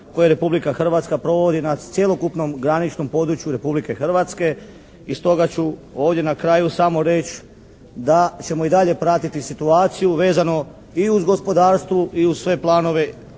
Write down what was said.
koje Republika Hrvatska provodi nad cjelokupnom graničnom području Republike Hrvatske. I stoga ću ovdje na kraju samo reći da ćemo i dalje pratiti situaciju vezano i uz gospodarstvo i uz sve planove što